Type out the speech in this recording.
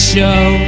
show